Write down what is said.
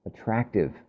attractive